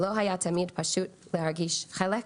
לא היה תמיד פשוט להגיש חלק.